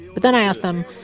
but then i asked them,